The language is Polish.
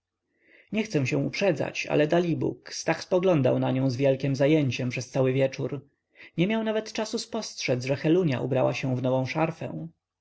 nie chcę się uprzedzać ale dalibóg stach spoglądał na nią z wielkiem zajęciem przez cały wieczór nie miał nawet czasu spostrzec że helunia ubrała się w nową szarfę